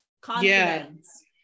Confidence